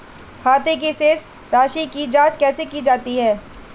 खाते की शेष राशी की जांच कैसे की जाती है?